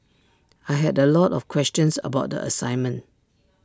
I had A lot of questions about the assignment